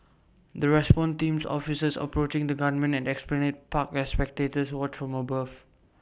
the response teams officers approaching the gunman at esplanade park as spectators watch from above